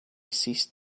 ceased